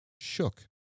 Shook